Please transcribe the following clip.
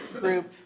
group